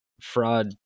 fraud